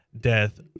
death